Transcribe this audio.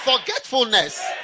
forgetfulness